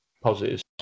positives